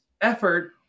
effort